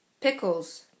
Pickles